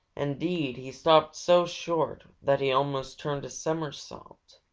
indeed, he stopped so short that he almost turned a somersault.